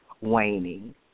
waning